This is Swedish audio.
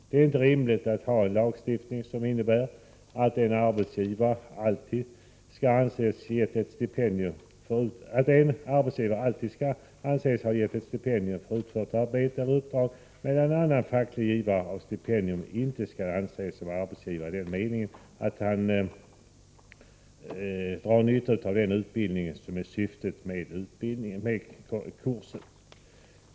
Det är inte rimligt att ha en lagstiftning som innebär att en viss arbetsgivare alltid skall anses ge stipendier för utfört arbete eller uppdrag, medan en annan facklig givare av stipendier inte skall anses vara arbetsgivare i den meningen att han drar nytta av den utbildning som är syftet med kursen.